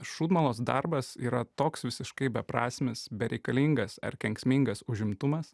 šūdmalos darbas yra toks visiškai beprasmis bereikalingas ar kenksmingas užimtumas